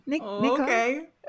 Okay